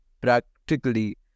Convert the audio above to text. practically